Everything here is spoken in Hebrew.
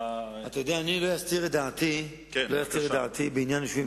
אני לא אסתיר את דעתי בעניין יישובים